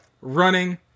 running